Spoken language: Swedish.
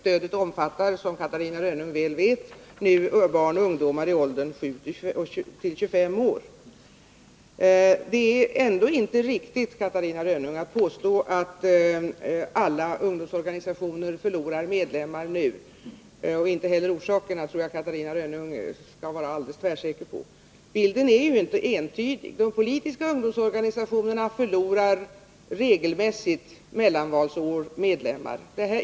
Stödet omfattar, som Catarina Rönnung väl vet, barn och ungdomar i åldern 7-25 år. Catarina Rönnungs påstående, att alla ungdomsorganisationer nu förlorar medlemmar, är inte riktigt. Jag tror inte heller att Catarina Rönnung skall vara alldeles tvärsäker på orsakerna till den minskning som sker. Bilden är ju inte entydig. De politiska ungdomsorganisationerna förlorar regelmässigt medlemmar under mellanvalsår.